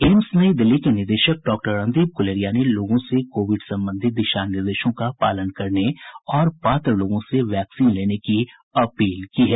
AIIMS नई दिल्ली के निदेशक डॉक्टर रणदीप गुलेरिया ने लोगों से कोविड संबंधित दिशा निर्देशों का पालन करने और पात्र लोगों से वैक्सीन लेने की अपील की है